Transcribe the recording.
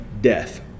Death